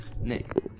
Nick